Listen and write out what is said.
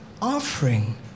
Offering